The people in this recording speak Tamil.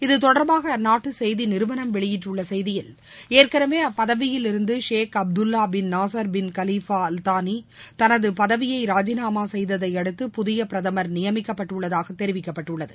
இத்தொடர்பாக அந்நாட்டு செய்தி நிறுவனம் வெளியிட்டுள்ள செய்தியில் ஏற்கனவே அப்பதவியில் இருந்து ஷேக் அப்துல்வா பின் நாசர் பின் கலிபா அல்தாளி தனது பதவியை ராஜினாமா செய்ததையடுத்து புதிய பிரதமர் நியமிக்கப்பட்டுள்ளதாக தெரிவிக்கப்பட்டுள்ளது